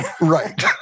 Right